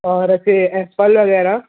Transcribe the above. اور ایسے ایپل وغیرہ